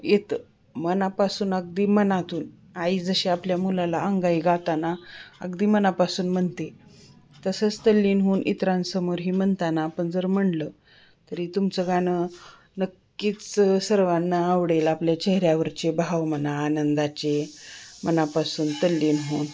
येतं मनापासून अगदी मनातून आई जशी आपल्या मुलाला अंगाई गाताना अगदी मनापासून म्हणते तसंच तल्लीन होऊन इतरांसमोरही म्हणताना आपण जर म्हटलं तरी तुमचं गाणं नक्कीच सर्वांना आवडेल आपल्या चेहऱ्यावरचे भाव म्हणा आनंदाचे मनापासून तल्लीन होऊन